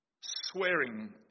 swearing